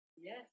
yes